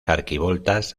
arquivoltas